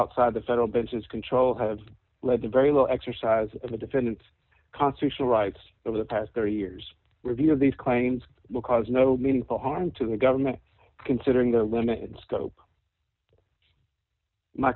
outside the federal bench his control has led to very little exercise in the defendant's constitutional rights over the past thirty years review of these claims because no meaningful harm to the government considering the limited scope my